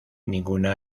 ninguna